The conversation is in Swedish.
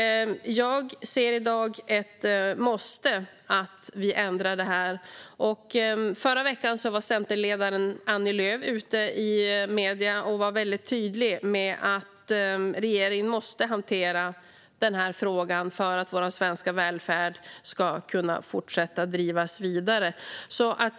Jag ser i dag ett måste: att vi ändrar detta. Förra veckan var Centerledaren Annie Lööf väldigt tydlig i medierna med att regeringen måste hantera denna fråga för att vår svenska välfärd ska kunna drivas vidare.